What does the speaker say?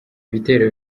bitero